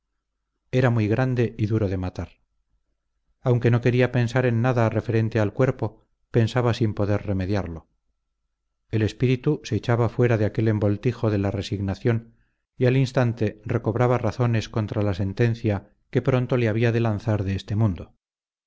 era muy grande y duro de matar aunque no quería pensar en nada referente al cuerpo pensaba sin poder remediarlo el espíritu se echaba fuera de aquel envoltijo de la resignación y al instante encontraba razones contra la sentencia que pronto le había de lanzar de este mundo